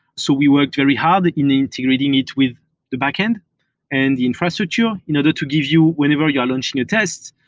so we worked very hard in integrating it with the backend and the infrastructure in order to give you whenever you are launching your tests